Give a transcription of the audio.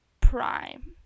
prime